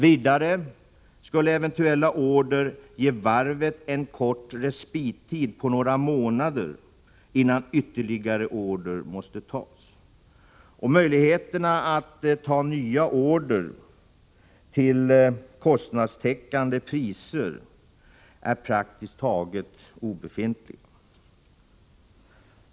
Vidare skulle eventuella order ge varvet en kort respittid på några månader innan nya order måste tas. Möjligheten att ta hem nya order till priser som täcker kostnaderna är praktiskt taget obefintlig.